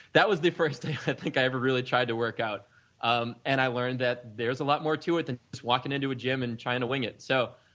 that was the first time i think i ever really tried to work out um and i learned that there is a lot more to it than just walking into a gym and trying to wing it. so,